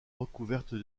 recouvertes